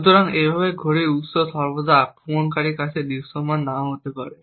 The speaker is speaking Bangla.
সুতরাং এইভাবে ঘড়ির উত্সটি সর্বদা আক্রমণকারীর কাছে দৃশ্যমান নাও হতে পারে